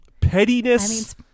Pettiness